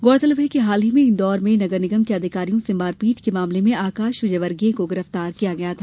गौरतलब है कि हाल ही में इन्दौर में नगर निगम के अधिकारियों से मारपीट के मामले में आकाश विजयवर्गीय को गिरफ्तार किया गया था